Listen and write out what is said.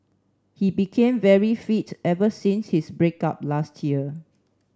he became very fit ever since his break up last year